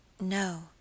No